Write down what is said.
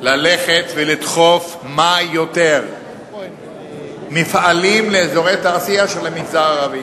ללכת לדחוף כמה יותר מפעלים לאזורי תעשייה של המגזר הערבי.